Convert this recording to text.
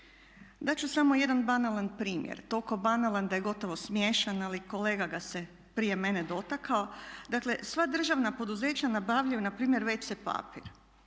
ću samo jedan banalan primjer, toliko banalan da je gotovo smiješan ali kolega ga se prije mene dotakao. Dakle sva državna poduzeća nabavljaju npr. wc papir.